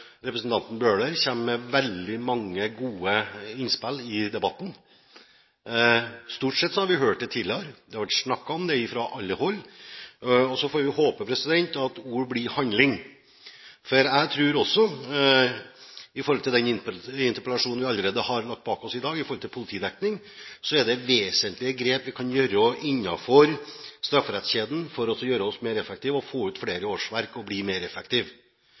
representanten Bøhler kommer med veldig mange gode innspill i debatten. Stort sett har vi hørt det tidligere, det har vært snakket om det fra alle hold, og så får vi håpe at ord blir til handling. For jeg tror også at det sett opp mot den interpellasjonen vi allerede har lagt bak oss i dag i forhold til politidekning, er vesentlige grep vi kan gjøre innenfor strafferettskjeden for å gjøre oss mer effektive – få ut flere årsverk og blir mer